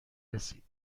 رسی